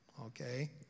okay